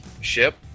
ship